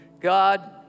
God